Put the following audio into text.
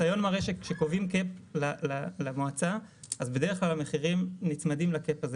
כשקובעים למועצה אז בדרך כל כלל המחירים נצמדים לקאפ הזה